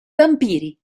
vampiri